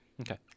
Okay